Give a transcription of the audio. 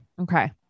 Okay